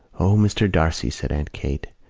o, mr. d'arcy, said aunt kate,